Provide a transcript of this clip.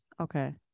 Okay